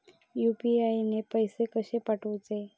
UPI ने पैशे कशे पाठवूचे?